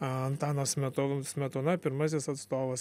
antano smetonos smetona pirmasis atstovas